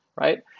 right